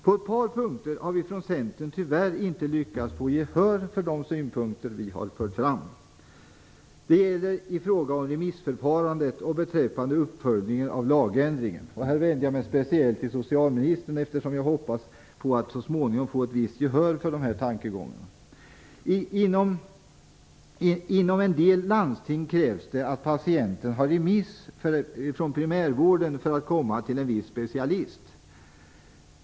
På ett par punkter har vi från Centern tyvärr inte lyckats få gehör för de synpunkter vi har fört fram. Det gäller remissförfarandet och uppföljningen av lagändringen. Här vänder jag mig särskilt till socialministern, eftersom jag hoppas på att så småningom få ett visst gehör för de här tankegångarna. Inom en del landsting krävs att patienten har remiss från primärvården för att komma till en viss specialist.